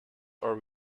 are